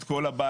את כל הבעיות,